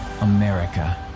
America